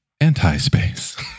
Anti-space